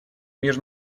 мир